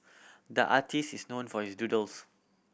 the artist is known for his doodles